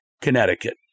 Connecticut